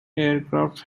aircraft